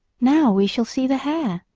now we shall see the hare,